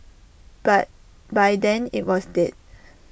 but by then IT was dead